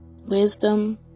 wisdom